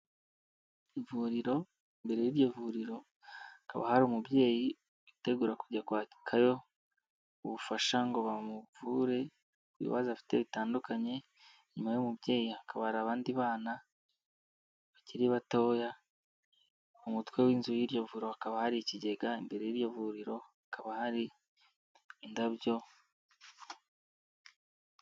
Ivuriro mbere y'iryo vuriro hakaba hari umubyeyi, witegura kujya kwakayo ubufasha ngo bamuvure, ku bibazo afite bitandukanye, nyuma y'uwo mubyeyi hakaba hari abandi bana bakiri batoya, umutwe w'inzu y'iryo vuriro hakaba hari ikigega, imbere y'iryo vuriro hakaba hari indabyo...